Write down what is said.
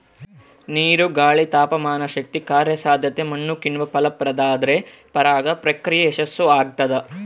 ನೀರು ಗಾಳಿ ತಾಪಮಾನಶಕ್ತಿ ಕಾರ್ಯಸಾಧ್ಯತೆ ಮತ್ತುಕಿಣ್ವ ಫಲಪ್ರದಾದ್ರೆ ಪರಾಗ ಪ್ರಕ್ರಿಯೆ ಯಶಸ್ಸುಆಗ್ತದ